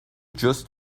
just